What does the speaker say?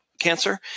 cancer